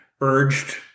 urged